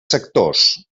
sectors